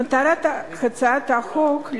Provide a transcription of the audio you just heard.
מטרת הצעת החוק,